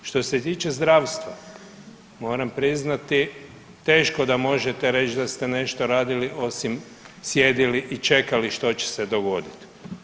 Što se tiče zdravstva, moram priznati teško da možete reći da ste nešto radili osim sjedili i čekali što će se dogoditi.